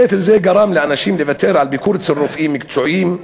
נטל זה גרם לאנשים לוותר על ביקור אצל רופאים מקצועיים,